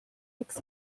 looks